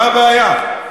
מה הבעיה?